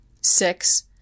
six